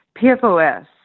PFOS